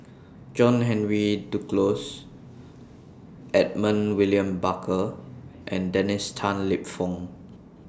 John Henry Duclos Edmund William Barker and Dennis Tan Lip Fong